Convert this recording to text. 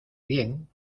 bien